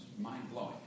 mind-blowing